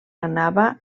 anava